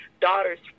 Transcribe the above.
daughters